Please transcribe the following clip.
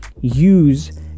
use